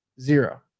zero